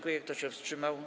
Kto się wstrzymał?